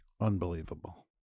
unbelievable